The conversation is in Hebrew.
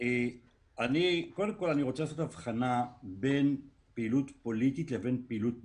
הרי אמר גם ארז, מרשות המסים, בעצם מה